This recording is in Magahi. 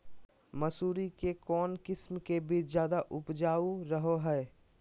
मसूरी के कौन किस्म के बीच ज्यादा उपजाऊ रहो हय?